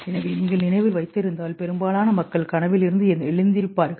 எனவே நீங்கள் நினைவில் வைத்திருந்தால் பெரும்பாலான மக்கள் கனவில் இருந்து எழுந்திருப்பார்கள்